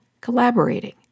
collaborating